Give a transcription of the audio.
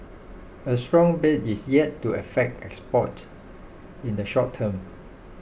a strong baht is yet to affect exports in the short term